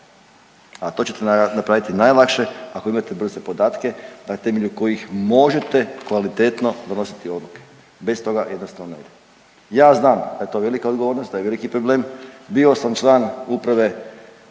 a to ćete napraviti najlakše ako imate brze podatke na temelju kojih možete kvalitetno donositi odluke, bez toga jednostavno ne ide. Ja znam da je to velika odgovornost i da je veliki problem. Bio sam član uprave